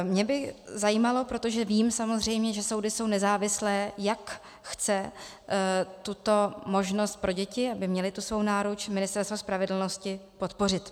Mě by zajímalo, protože samozřejmě vím, že soudy jsou nezávislé, jak chce tuto možnost pro děti, aby měly tu svou náruč, Ministerstvo spravedlnosti podpořit.